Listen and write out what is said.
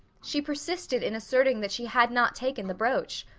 she persisted in asserting that she had not taken the brooch.